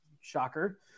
shocker